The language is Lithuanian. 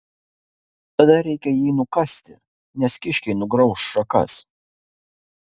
tada reikia jį nukasti nes kiškiai nugrauš šakas